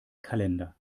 kalender